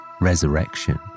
Resurrection